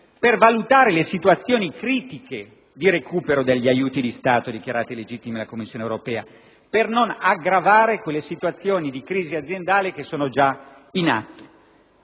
di valutare le situazioni critiche di recupero degli aiuti di Stato dichiarati illegittimi dalla Commissione europea, per non aggravare quelle situazioni di crisi aziendale che sono già in atto.